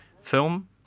film